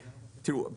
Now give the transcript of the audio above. תראו,